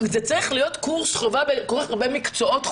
זה צריך להיות קורס חובה בכל כך הרבה מקצועות.